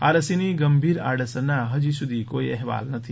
આ રસીની ગંભીર આડઅસરના ફજી સુધી અહેવાલ નથી